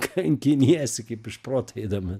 kankiniesi kaip iš proto eidamas